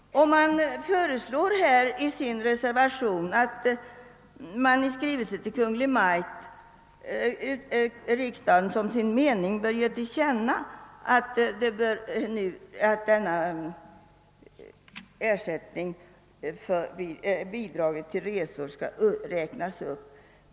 Reservanterna föreslår att riksdagen i skrivelse till Kungl. Maj:t som sin mening skall ge till känna att detta bidrag till resor skall räknas upp.